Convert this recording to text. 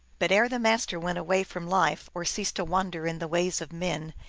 but ere the master went away from life, or ceased to wander in the ways of men,